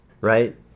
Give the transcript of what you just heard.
right